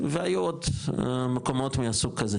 והיו עוד מקומות מהסוג הזה